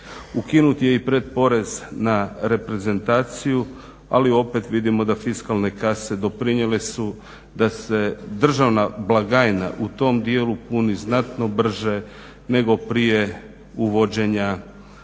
Ukinut je i pretporez na reprezentaciju ali opet vidimo da fiskalne kase doprinijele su da se državna blagajna u tom dijelu puni znatno brže nego prije uvođenja PDV-a